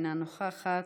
אינה נוכחת,